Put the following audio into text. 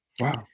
Wow